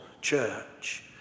church